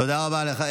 תודה רבה לך.